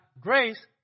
grace